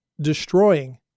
destroying